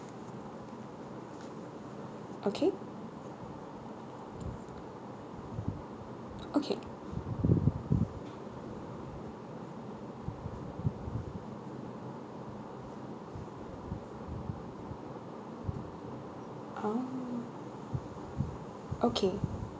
okay okay ah okay